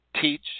teach